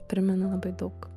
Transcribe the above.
primena labai daug